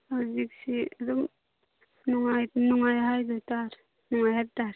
ꯍꯧꯖꯤꯛꯁꯤ ꯑꯗꯨꯝ ꯅꯨꯡꯉꯥꯏ ꯍꯥꯏꯖꯇꯔꯦ ꯅꯨꯡꯉꯥꯏ ꯍꯥꯏꯕꯇꯔꯦ